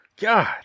God